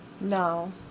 No